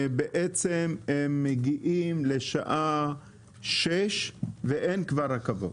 שמגיעים לשעה 18:00 וכבר אין רכבות.